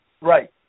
Right